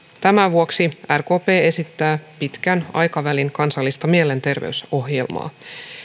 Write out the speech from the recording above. tämän vuoksi rkp esittää pitkän aikavälin kansallista mielenterveysohjelmaa